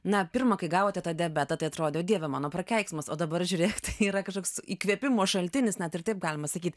na pirma kai gavote tą diabetą tai atrodo dieve mano prakeiksmas o dabar žiūrėk tai yra kažkoks įkvėpimo šaltinis net ir taip galima sakyt